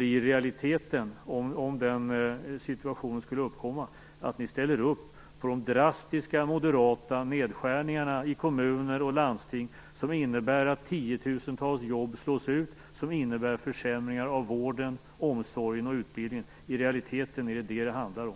i realiteten - om den situationen skulle uppkomma - att ni ställer upp på de drastiska moderata nedskärningarna i kommuner och landsting som innebär att tiotusentals jobb försvinner och försämringar av vården, omsorgen och utbildningen. Det är vad det i realiteten handlar om.